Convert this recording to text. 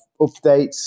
updates